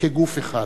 כגוף אחד.